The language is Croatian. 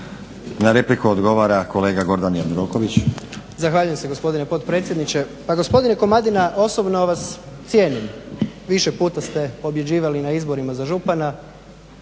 Na repliku odgovara poštovani Gordan Jandroković.